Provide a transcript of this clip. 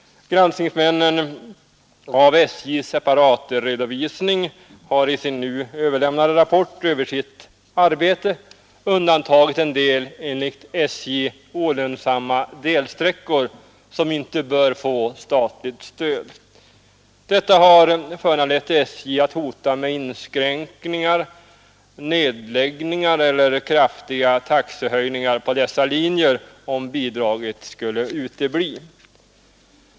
De som granskat SJ:s separatredovisning har i sin nu överlämnade rapport över detta arbete undantagit en del enligt SJ olönsamma delsträckor, som inte bör få statligt stöd. Detta har föranlett SJ att hota med inskränkningar, nedläggningar eller kraftiga taxehöjningar på dessa linjer om bidraget skulle utebli.